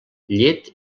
llet